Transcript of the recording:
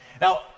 now